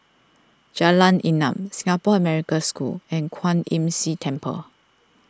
Jalan Enam Singapore American School and Kwan Imm See Temple